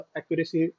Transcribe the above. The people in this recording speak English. accuracy